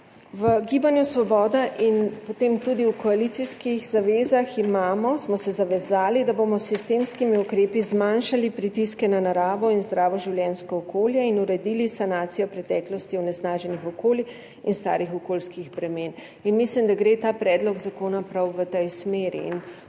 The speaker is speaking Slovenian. V Gibanju Svoboda in tudi v koalicijskih zavezah imamo, smo se zavezali, da bomo s sistemskimi ukrepi zmanjšali pritiske na naravo in zdravo življenjsko okolje in uredili sanacijo v preteklosti onesnaženih okolij in starih okoljskih bremen. Mislim, da gre ta predlog zakona prav v tej smeri.